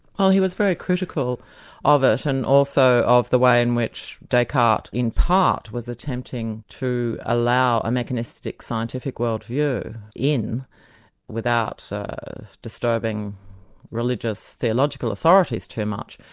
oh he was very critical of it, and also of the way in which descartes in part was attempting to allow a mechanistic scientific world view in without disturbing religious, theological authorities too much.